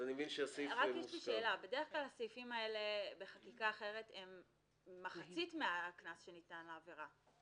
כלל הסעיפים האלה בחקיקה אחרת הם מחצית מהקנס שניתן לעבירה.